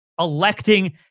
electing